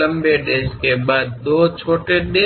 long dash ಅನ್ನು ತೋರಿಸಲಾಗುತ್ತಿದೆ